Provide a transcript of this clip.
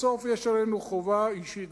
בסוף יש עלינו גם חובה אישית.